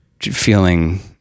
feeling